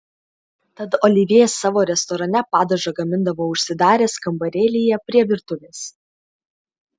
tad olivjė savo restorane padažą gamindavo užsidaręs kambarėlyje prie virtuvės